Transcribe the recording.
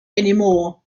anymore